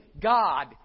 God